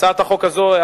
הצעת חוק זו,